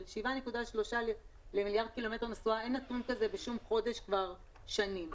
7.3 למיליארד קילומטר נסועה אין נתון כזה בשום חודש כבר שנים.